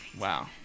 wow